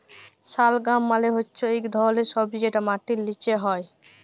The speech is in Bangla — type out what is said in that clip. শালগাম মালে হচ্যে ইক ধরলের সবজি যেটা মাটির লিচে হ্যয়